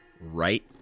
right